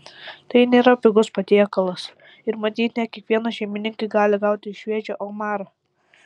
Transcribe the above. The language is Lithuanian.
tai nėra pigus patiekalas ir matyt ne kiekviena šeimininkė gali gauti šviežią omarą